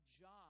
job